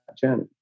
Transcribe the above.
journey